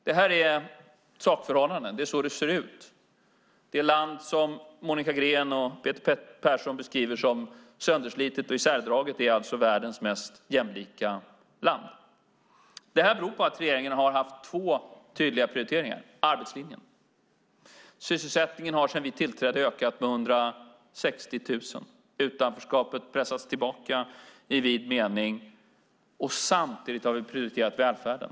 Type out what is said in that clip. Detta är sakförhållanden; det är så det ser ut. Det land som Monica Green och Peter Persson beskriver som sönderslitet och isärdraget är alltså världens mest jämlika land. Detta beror på att regeringen har haft två tydliga prioriteringar. Det är arbetslinjen: Sysselsättningen har sedan vi tillträdde ökat med 160 000. Utanförskapet pressas tillbaka i vid mening. Samtidigt har vi prioriterat välfärden.